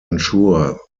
ensure